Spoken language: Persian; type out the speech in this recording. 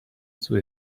سوء